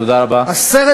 תודה רבה, תודה רבה.